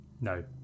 No